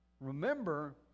Remember